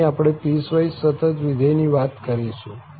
અહીં આપણે પીસવાઈસ સતત વિધેય ની વાત કરીશું